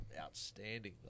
outstanding